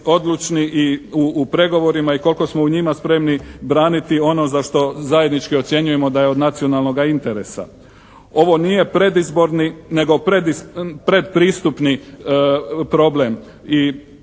odlučni i u pregovorima i koliko smo u njima spremni braniti ono za što zajednički ocjenjujemo da je od nacionalnoga interesa. Ovo nije predizborni, nego pretpristupni problem.